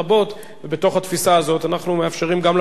ובתוך התפיסה הזאת אנחנו מאפשרים גם למאחרים לדבר,